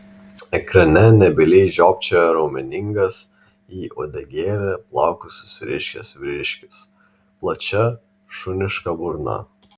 ekrane nebyliai žiopčiojo raumeningas į uodegėlę plaukus susirišęs vyriškis plačia šuniška burna